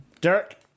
Derek